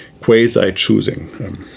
quasi-choosing